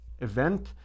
event